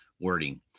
wording